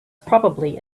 probably